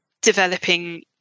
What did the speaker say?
developing